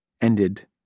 ended